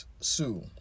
Sue